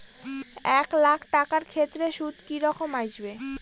এক লাখ টাকার ক্ষেত্রে সুদ কি রকম আসবে?